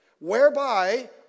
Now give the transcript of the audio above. Whereby